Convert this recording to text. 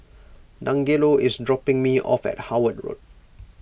Dangelo is dropping me off at Howard Road